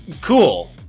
Cool